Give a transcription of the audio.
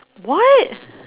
why